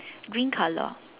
green color